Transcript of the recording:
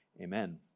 Amen